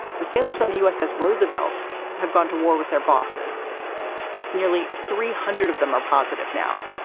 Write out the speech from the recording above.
the sailors on the uss roosevelt have gone to war with their bosses nearly three hundred of them are positive now,